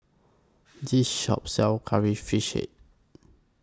This Shop sells Curry Fish